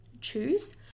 choose